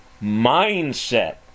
mindset